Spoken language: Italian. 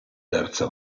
terza